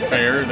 fair